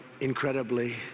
incredibly